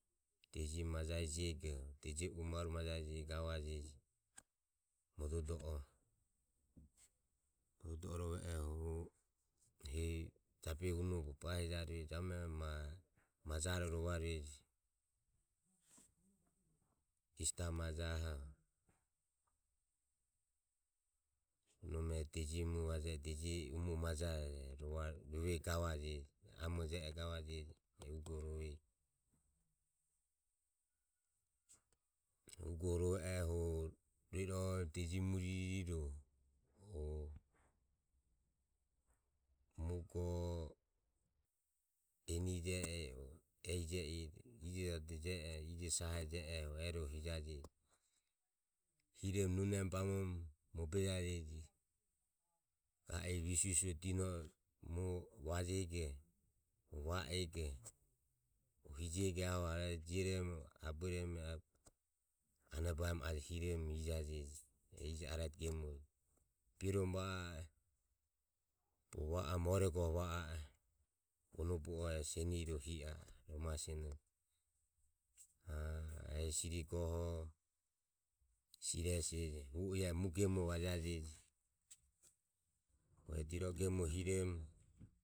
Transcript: Deji majae jego deje vaure majae jego gavajeje mododo oho hu jabehi unoho dore bahi jaure jabume ma majaro rovarueje. easter majaho nome deji mue ehi je e vajarue deji majare e rovego gavajeji amoro je ero gavajeji e ugoho rovego e ugoho rove oho e hu rue iroho deji mue ririre hu mue go enire je oho ehi je ire ijo sahe je oho ijo adore hijaje hiromo nunemu bamoromo ehi ga a e visu visue dino e je oho je muoho vajego va ego hu ijore hiromo abueromo ano baeromo ro hijaje ijo aretore hiromo ioromo va a e bog ova oromo ore goho va a e hu vono bu o e senire va o hi a e maho senoho a e. Hesiri goho sirise je hu e mue gemoho vajaje. hu o e diro e gemore hiromo